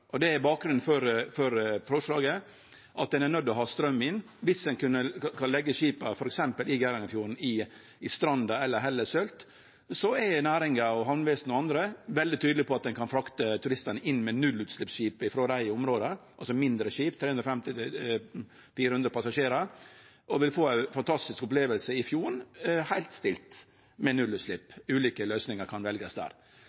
Det er bakgrunnen for forslaget, at ein er nøydd til å ha straum inn. Viss ein kan leggje skipa f.eks. i Geirangerfjorden, i Stranda eller i Hellesylt, er næringa og Hamnevesenet og andre veldig tydelege på at ein kan frakte turistane inn med nullutsleppsskip frå dei områda, altså mindre skip, med 350–400 passasjerar, og dei vil få ei fantastisk oppleving i fjorden – heilt stille, med nullutslepp. Ulike løysingar kan veljast der.